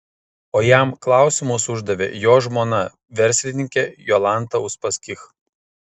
o jam klausimus uždavė jo žmona verslininkė jolanta uspaskich